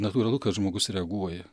natūralu kad žmogus reaguoja